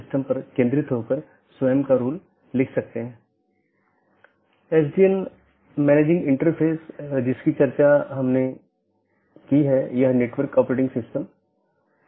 network layer reachability की जानकारी जिसे NLRI के नाम से भी जाना जाता है